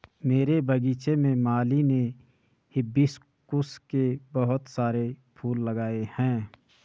मेरे बगीचे में माली ने हिबिस्कुस के बहुत सारे फूल लगाए हैं